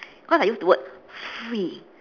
because I use the word free